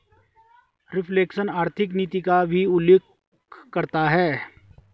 reflation आर्थिक नीति का भी उल्लेख करता है